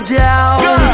down